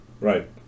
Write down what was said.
right